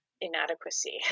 inadequacy